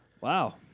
Wow